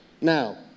Now